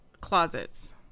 closets